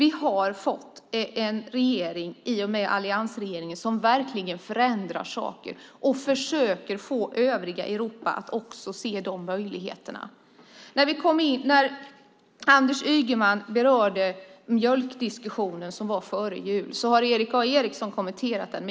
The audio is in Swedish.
I alliansregeringen har vi fått en regering som verkligen förändrar saker och försöker få även övriga Europa att se de möjligheter som finns. Anders Ygeman berörde mjölkdiskussionen som var före jul, och Erik A Eriksson har redan kommenterat den.